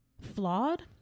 flawed